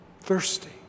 Thirsty